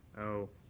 oh,